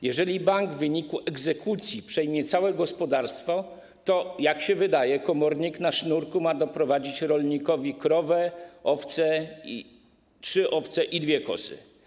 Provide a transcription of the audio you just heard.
Jeżeli bank w wyniku egzekucji przejmie całe gospodarstwo, to, jak się wydaje, komornik na sznurku ma doprowadzić rolnikowi krowę, trzy owce i dwie kozy.